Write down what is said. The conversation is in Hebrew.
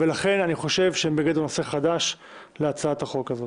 לכן אני חושב שהם בגדר נושא חדש להצעת החוק הזאת.